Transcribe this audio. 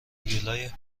هیولای